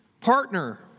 Partner